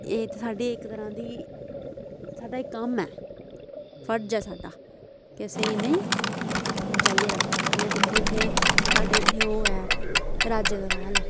एह् ते साड्डी इक तरह् दी साड्डा एह् कम्म ऐ फर्ज ऐ साड्डा कि असें इ'नेंगी बचाइयै रक्खना जियां दिक्खो इत्थै साड्डे इत्थें ओह् ऐ राजे दे मैह्ल